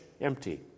empty